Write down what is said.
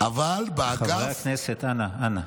חברי הכנסת, אנא, אנא.